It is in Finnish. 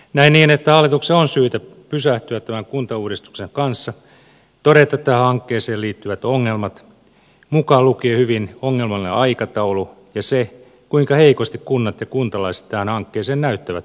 näen niin että hallituksen on syytä pysähtyä tämän kuntauudistuksen kanssa todeta tähän hankkeeseen liittyvät ongelmat mukaan lukien hyvin ongelmallinen aikataulu ja se kuinka heikosti kunnat ja kuntalaiset tähän hankkeeseen näyttävät sitoutuvan